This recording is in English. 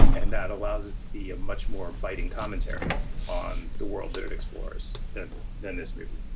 and that allows it to be a much more biting commentary on the world that it explores than than this movie.